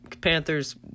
Panthers